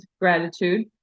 gratitude